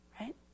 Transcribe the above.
right